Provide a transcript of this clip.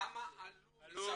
כמה עלו מצרפת.